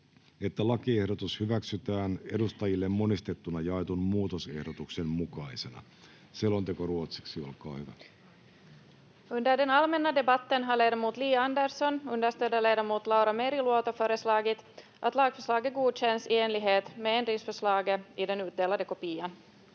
että lakiehdotus hyväksytään edustajille monistettuna jaetun muutosehdotuksen mukaisena. (Liite 3A) [Speech